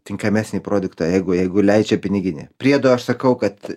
tinkamesnį produktą jeigu jeigu leidžia piniginė priedo aš sakau kad